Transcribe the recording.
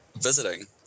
visiting